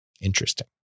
Interesting